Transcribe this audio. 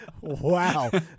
Wow